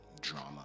drama